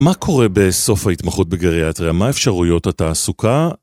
מה קורה בסוף ההתמחות בגריאטריה? מה האפשרויות התעסוקה?